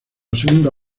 segunda